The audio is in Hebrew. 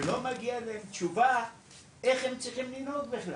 ולא מגיעה אליהם תשובה איך הם צריכים לנהוג.